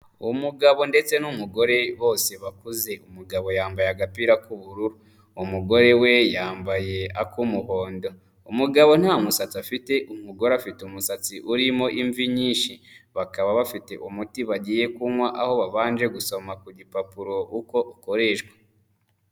Umugabo ndetse n'umugore bose bakuze, umugabo yambaye agapira k'ubururu. Umugore we yambaye ak'umuhondo. Umugabo nta musatsi afite, umugore afite umusatsi urimo imvi nyinshi, bakaba bafite umuti bagiye kunywa, aho babanje gusoma ku gipapuro uko ukoreshwa.